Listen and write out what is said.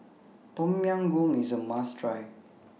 Tom Yam Goong IS A must Try